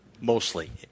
mostly